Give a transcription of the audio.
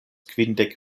kvindek